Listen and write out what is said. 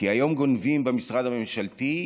כי היום גונבים במשרד הממשלתי,